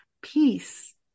peace